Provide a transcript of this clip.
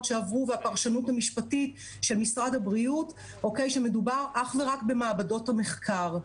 שעברו והפרשנות המשפטית של משרד הבריאות שמדובר אך ורק במעבדות המחקר.